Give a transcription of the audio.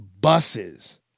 buses